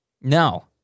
no